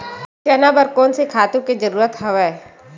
चना बर कोन से खातु के जरूरत हवय?